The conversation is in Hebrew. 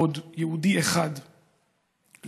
עוד יהודי אחד לגרדום.